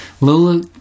Lola